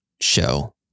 show